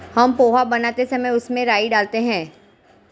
हम पोहा बनाते समय उसमें राई डालते हैं